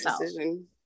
decision